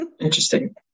Interesting